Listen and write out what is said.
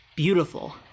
beautiful